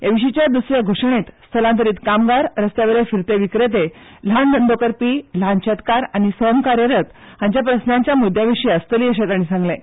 हे विशींच्या दस या घोशणेंत स्थलांतरीत कामगार रस्त्या वयले विक्रेते ल्हान धंदो करपी ल्हान शेतकार आनी स्वयंकार्यरत हांच्या प्रस्नांच्या मुद्या विशीं आसची अशें तांणी सांगलें